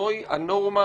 זוהי הנורמה